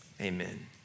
amen